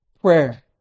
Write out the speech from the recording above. prayer